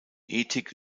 ethik